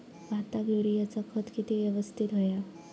भाताक युरियाचा खत किती यवस्तित हव्या?